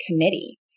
committee